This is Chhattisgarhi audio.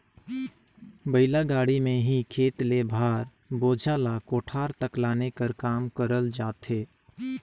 बइला गाड़ी मे ही खेत ले भार, बोझा ल कोठार तक लाने कर काम करल जाथे